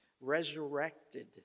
resurrected